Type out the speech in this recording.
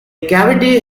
cavity